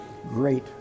great